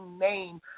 name